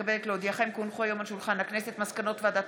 הונחו היום על שולחן הכנסת מסקנות ועדת